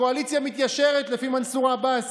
הקואליציה מתיישרת לפי מנסור עבאס.